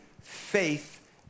faith